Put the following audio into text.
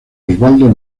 osvaldo